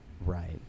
Right